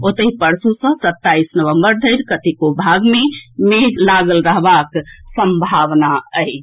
ओतहि परसु सँ सत्ताईस नवंबर धरि कतेको भाग मे मेघ लागल रहबाक संभावना अछि